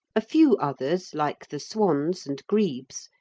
a few others, like the swans and grebes,